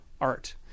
art